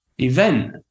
event